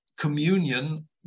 Communion